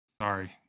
Sorry